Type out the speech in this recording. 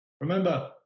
Remember